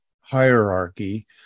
hierarchy